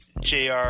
JR